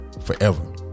forever